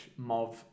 MOV